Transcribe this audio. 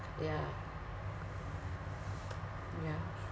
ya ya